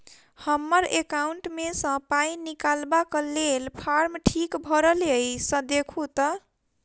हम्मर एकाउंट मे सऽ पाई निकालबाक लेल फार्म ठीक भरल येई सँ देखू तऽ?